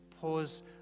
pause